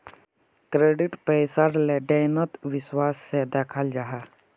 credit पैसार लें देनोत विश्वास सा दखाल जाहा